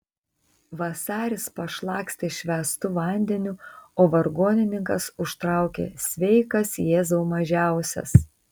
vasaris pašlakstė švęstu vandeniu o vargonininkas užtraukė sveikas jėzau mažiausias